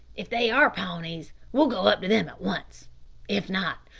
if they are pawnees we'll go up to them at once if not,